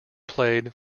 played